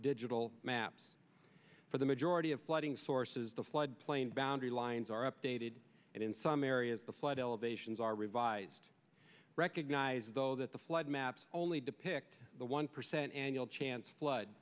digital maps for the majority of flooding sources the flood plain boundary lines are updated and in some areas the flood elevations are revised recognize though that the flood maps only depict the one percent annual chance flood